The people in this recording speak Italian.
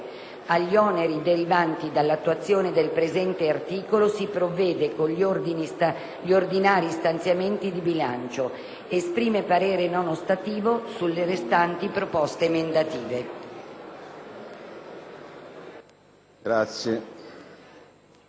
"Agli oneri derivanti dall'attuazione del presente articolo si provvede con gli ordinari stanziamenti di bilancio". Esprime parere non ostativo sulle restanti proposte emendative».